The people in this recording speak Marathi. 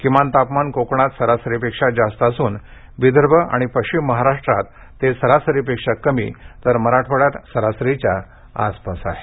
किमान तापमान कोकणात सरासरीपेक्षा जास्त असून विदर्भ आणि पश्चिम महाराष्टात ते सरासरीपेक्षा कमी तर मराठवाडयात सरासरीच्या आसपास आहे